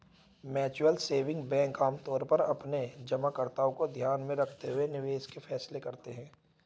mutual saving bank आमतौर पर अपने जमाकर्ताओं को ध्यान में रखते हुए निवेश के फैसले करते हैं